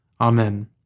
Amen